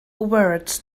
words